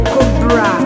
Cobra